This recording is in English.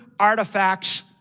artifacts